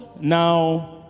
now